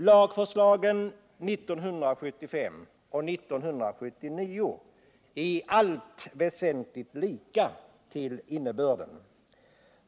Lagförslagen 1975 och 1979 är i allt väsentligt lika till innebörden.